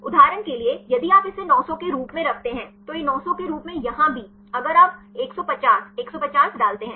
उदाहरण के लिए यदि आप इसे 900 के रूप में रखते हैं तो यह 900 के रूप में यहाँ भी अगर आप 150 150 डालते हैं